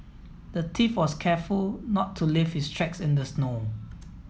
the thief was careful not to leave his tracks in the snow